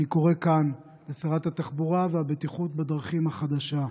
אני קורא כאן לשרת התחבורה והבטיחות בדרכים החדשה: